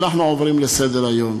אנחנו עוברים לסדר-היום.